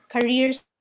careers